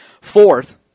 Fourth